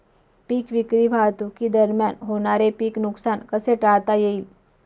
पीक विक्री वाहतुकीदरम्यान होणारे पीक नुकसान कसे टाळता येईल?